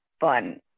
fun